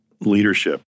leadership